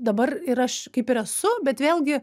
dabar ir aš kaip ir esu bet vėlgi